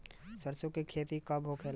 सरसों के खेती कब कब होला?